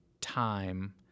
time